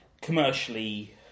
commercially